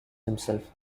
himself